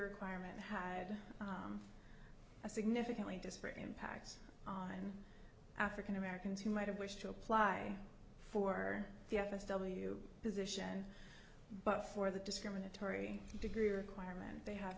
requirement had a significantly disparate impact on african americans who might have wished to apply for the f s w position but for the discriminatory degree requirement they have